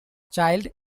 child